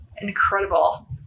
incredible